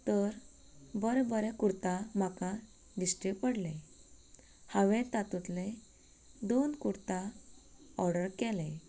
तर बरें बरें कुर्ता म्हाका दिश्टी पडले हांवें तातूंतलें दोन कुर्ता ऑर्डर केलें